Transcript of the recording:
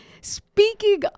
speaking